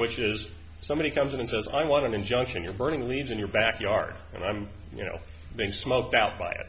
which is somebody comes in and says i want an injunction your burning leaves in your backyard and i'm you know being smoked out by it